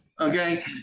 Okay